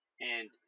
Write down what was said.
and-